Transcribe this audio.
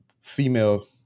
female